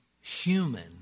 human